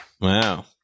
Wow